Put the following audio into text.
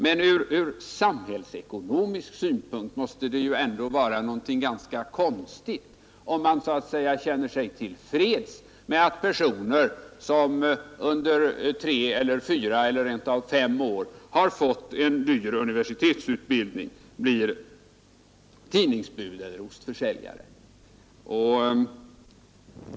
Men det är ganska konstigt om man ur samhällsekonomisk synpunkt känner sig till freds med att personer som under tre, fyra eller rent av fem år fått en dyr universitetsutbildning blir tidningsbud eller ostförsäljare.